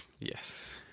Yes